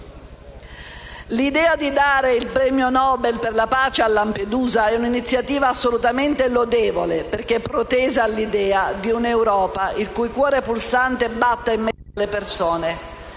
L'idea di dare il premio Nobel per la pace a Lampedusa è un'iniziativa assolutamente lodevole, perché protesa all'idea di un'Europa il cui cuore pulsante batta in mezzo alle persone.